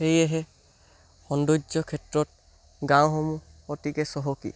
সেয়েহে সৌন্দৰ্য্য ক্ষেত্ৰত গাঁওসমূহ অতিকৈ চহকী